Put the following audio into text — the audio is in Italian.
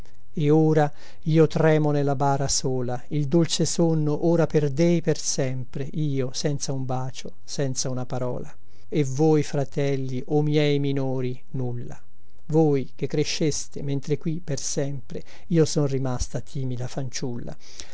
e ora io tremo nella bara sola il dolce sonno ora perdei per sempre io senza un bacio senza una parola e voi fratelli o miei minori nulla voi che cresceste mentre qui per sempre io son rimasta timida fanciulla